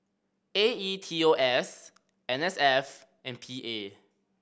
A E T O S N S F and P A